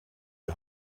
die